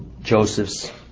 Joseph's